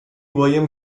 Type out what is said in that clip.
william